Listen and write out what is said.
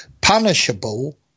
punishable